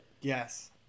Yes